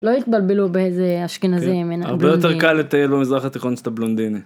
לא התבלבלו באיזה אשכנזים. הרבה יותר קל לטייל במזרח התיכון כשאתה בלונדיני